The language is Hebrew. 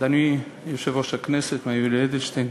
אדוני יושב-ראש הכנסת מר יולי אדלשטיין,